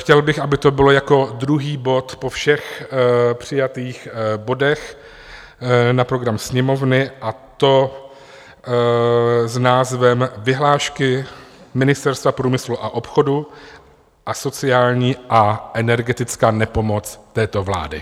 Chtěl bych, aby to bylo jako druhý bod po všech přijatých bodech na program Sněmovny, a to s názvem Vyhlášky Ministerstva průmyslu a obchodu a sociální a energetická nepomoc této vlády.